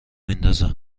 میندازه